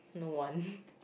don't want